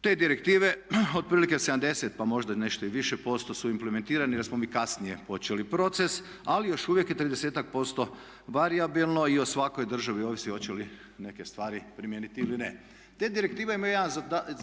Te direktive, otprilike 70 pa možda i nešto više posto su implementirani jer smo mi kasnije počeli proces ali još uvijek je 30-ak posto varijabilno i o svakoj državi ovisi hoće li neke stvari primijeniti ili ne. Te direktive imaju jedan